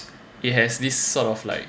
it has this sort of like